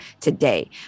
today